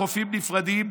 בחופים הנפרדים,